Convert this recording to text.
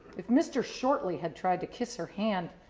if mr. shortley had tried to kiss her hand,